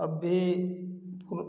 अब भी वो